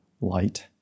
light